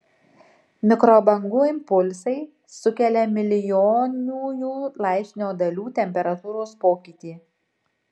mikrobangų impulsai sukelia milijonųjų laipsnio dalių temperatūros pokytį